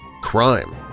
crime